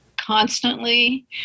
constantly